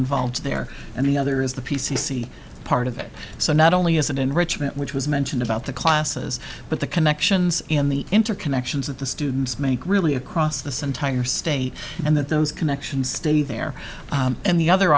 involved there and the other is the p c c part of it so not only is it enrichment which was mentioned about the classes but the connections in the interconnections of the students make really across the same tire state and that those connections still there and the other